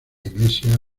iglesia